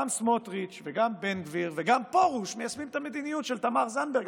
גם סמוטריץ' וגם בן גביר וגם פרוש מיישמים את המדיניות של תמר זנדברג,